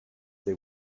they